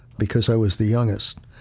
because i was the youngest.